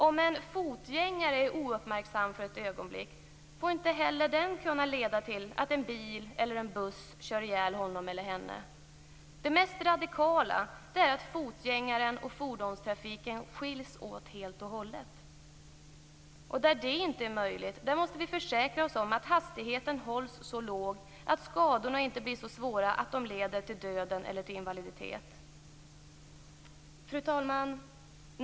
Om en fotgängare är ouppmärksam för ett ögonblick får inte heller det kunna leda till att en bil eller buss kör ihjäl honom eller henne. Det mest radikala är att fotgängare och fordonstrafik skiljs åt helt och hållet. Där det inte är möjligt måste vi försäkra oss om att hastigheten hålls så låg att skadorna inte blir så svåra att de leder till döden eller invaliditet. Fru talman!